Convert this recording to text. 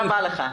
תודה רבה לך.